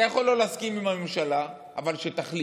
אתה יכול לא להסכים עם הממשלה, אבל שתחליט,